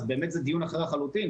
אז באמת זה דיון אחר לחלוטין.